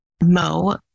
mo